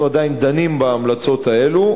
אנחנו עדיין דנים בהמלצות האלה,